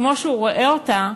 כמו שהוא רואה אותה,